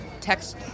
text